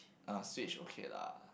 uh switch okay lah